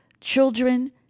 children